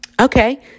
Okay